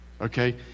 Okay